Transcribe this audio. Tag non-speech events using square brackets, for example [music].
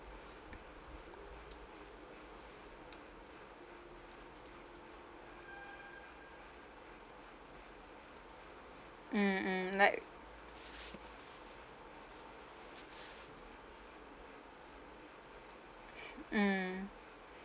mm mm like [breath] mm